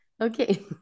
Okay